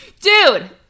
dude